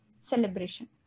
celebration